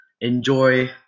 enjoy